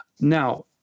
Now